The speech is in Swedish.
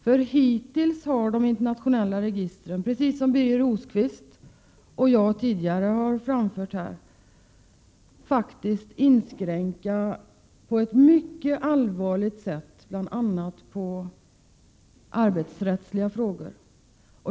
För hittills har de internationella registren faktiskt, precis som Birger Rosqvist och jag tidigare har framhållit, på ett mycket allvarligt sätt medfört inskränkningar, bl.a. när det gäller arbetsrättsliga frågor.